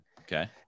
Okay